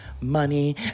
money